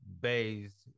based